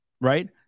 right